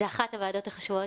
זו אחת הוועדות החשובות,